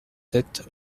sept